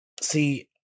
See